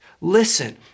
Listen